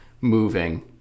moving